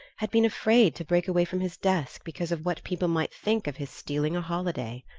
had been afraid to break away from his desk because of what people might think of his stealing a holiday!